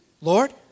Lord